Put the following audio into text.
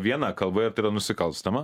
viena kalba ir tai yra nusikalstama